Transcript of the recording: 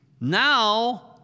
Now